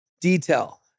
detail